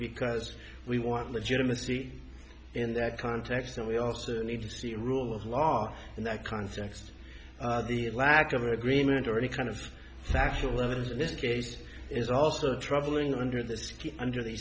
because we want legitimacy in that context and we also need to see rule of law in that context the lack of agreement or any kind of factual evidence in this case is also troubling under the skin under the